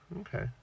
Okay